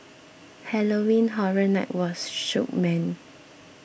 Halloween Horror Night was shook man